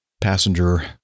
passenger